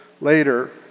later